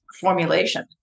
formulation